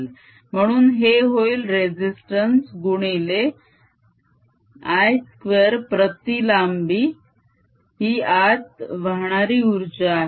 म्हणून हे होईल रेसिस्तंस गुणिले I2 प्रती लांबी ही आत वाहणारी उर्जा आहे